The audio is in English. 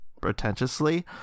pretentiously